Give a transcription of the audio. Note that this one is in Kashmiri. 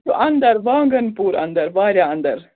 سُہ اَنٛدَر وانٛگَن پوٗر اَنٛدَر واریاہ اَنٛدَر